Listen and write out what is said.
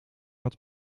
had